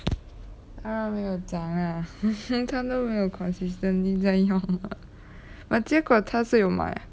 他没有讲啦他都没有 consistently 在用 but 结果他是有买